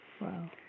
Wow